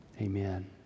amen